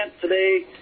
today